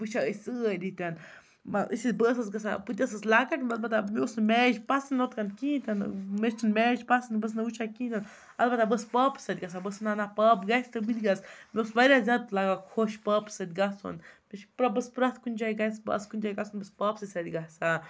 وٕچھان ٲسۍ سٲری تہِ نہٕ مطلب أسۍ ٲسۍ بہٕ ٲسٕس گژھان بہٕ تہِ ٲسٕس لۄکٕٹ البتہ مےٚ اوس نہٕ میچ پَسنٛد ہُتھ کَنۍ کِہیٖنۍ تہِ نہٕ مےٚ چھُنہٕ میچ پَسنٛد بہٕ ٲسٕس نہٕ وٕچھان کِہیٖنۍ تہِ نہٕ البتہ بہٕ ٲسٕس پاپَس سۭتۍ گژھان بہٕ وَنان پاپہٕ گژھِ تہٕ بہٕ تہِ گژھٕ مےٚ اوس واریاہ زیادٕ لَگان خۄش پاپَس سۭتۍ گژھُن مےٚ چھِ پرٛٮ۪تھ کُنہِ جایہِ گژھِ بہٕ آسہٕ کُنہِ جایہِ گژھُن بہٕ چھَس پاپسٕے سۭتۍ گژھان